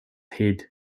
head